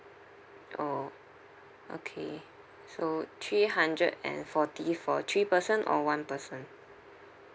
orh okay so three hundred and forty for three person or one person